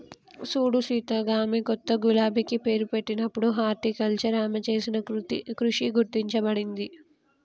సూడు సీత గామె కొత్త గులాబికి పేరు పెట్టినప్పుడు హార్టికల్చర్ ఆమె చేసిన కృషి గుర్తించబడింది